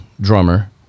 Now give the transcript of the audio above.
drummer